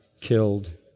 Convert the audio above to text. killed